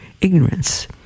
ignorance